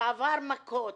ועבר מכות,